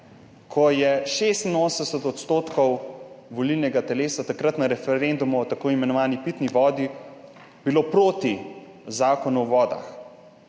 je 86 % volilnega telesa takrat na referendumu o tako imenovani pitni vodi bilo proti Zakonu o vodah.